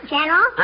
General